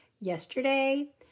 Yesterday